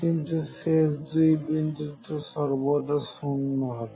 কিন্তু শেষ দুই বিন্দুতে সর্বদা শূন্য হবে